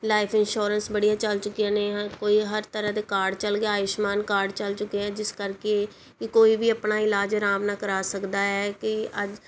life insurance ਬੜੀਆਂ ਚੱਲ ਚੁੱਕੀਆਂ ਨੇ ਹਰ ਕੋਈ ਹਰ ਤਰ੍ਹਾਂ ਦੇ ਕਾਰਡ ਚੱਲ ਗਏ ਆਯੂਸ਼ਮਾਨ ਕਾਰਡ ਚੱਲ ਚੁੱਕੇ ਹੈ ਜਿਸ ਕਰਕੇ ਕੋਈ ਵੀ ਆਪਣਾ ਇਲਾਜ ਅਰਾਮ ਨਾਲ ਕਰਾ ਸਕਦਾ ਹੈ ਕਿ ਅੱਜ